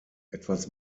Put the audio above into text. etwas